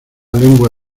lengua